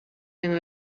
کنار